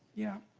yeah.